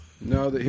no